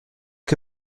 que